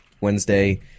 Wednesday